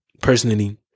personally